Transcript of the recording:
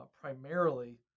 primarily